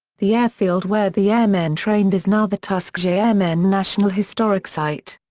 the airfield where the airmen trained is now the tuskegee airmen national historic site.